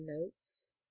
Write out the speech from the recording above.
notes